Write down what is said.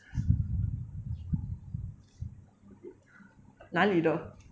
哪里的